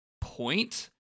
point